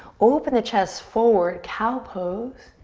open the chest forward, cow pose.